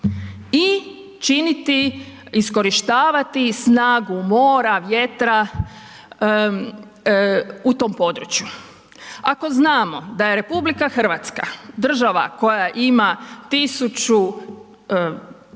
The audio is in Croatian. i činiti iskorištavati snagu mora, vjetra u tom području. Ako znamo da je RH država koja ima 1.244